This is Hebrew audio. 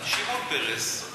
שמעון פרס,